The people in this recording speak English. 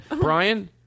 Brian